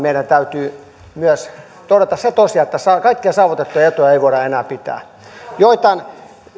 meidän täytyy myös todeta se tosiasia että kun talous on tiukalla niin kaikkia saavutettuja etuja ei voida enää pitää joitain